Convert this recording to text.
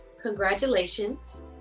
congratulations